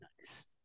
Nice